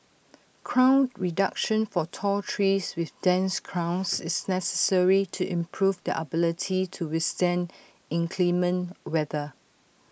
crown reduction for tall trees with dense crowns is necessary to improve their ability to withstand inclement weather